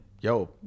Yo